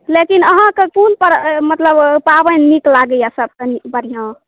लेकिन अहाँकेँ कोन पर्व मतलब पाबनि नीक लागैए सभ कनि बढ़िआँ